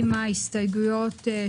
להתייחס לאותו אדם שהולך לקנות דירה,